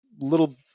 little